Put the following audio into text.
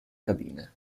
cabina